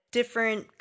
different